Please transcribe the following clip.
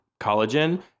collagen